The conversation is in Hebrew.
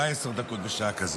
מה עשר דקות בשעה כזאת?